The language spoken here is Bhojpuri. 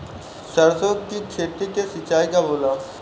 सरसों की खेती के सिंचाई कब होला?